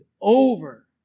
over